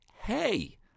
hey